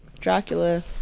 Dracula